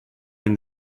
been